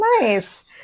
Nice